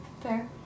fair